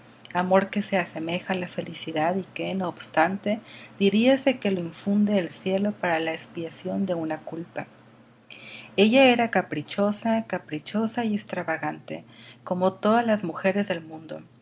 amor que se asemeja á la felicidad y que no obstante parece infundir el cielo para la expiación de una culpa ella era caprichosa caprichosa y extravagante como todas las mujeres del mundo